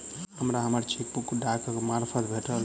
हमरा हम्मर चेकबुक डाकक मार्फत भेटल